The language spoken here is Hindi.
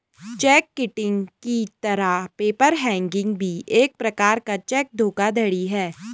चेक किटिंग की तरह पेपर हैंगिंग भी एक प्रकार का चेक धोखाधड़ी है